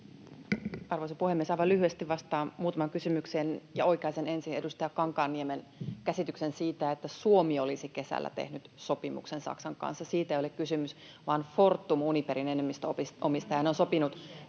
Arvoisa puhemies! Aivan lyhyesti vastaan muutamaan kysymykseen, ja oikaisen ensin edustaja Kankaanniemen käsityksen siitä, että Suomi olisi kesällä tehnyt sopimuksen Saksan kanssa. Siitä ole kysymys, vaan Fortum Uniperin enemmistöomistajana on sopinut